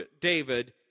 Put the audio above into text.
David